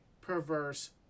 perverse